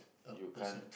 you can't